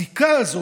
הזיקה הזאת,